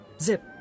Zip